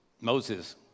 Moses